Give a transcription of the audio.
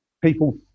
People